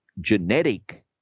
genetic